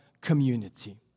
community